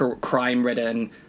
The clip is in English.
crime-ridden